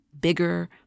bigger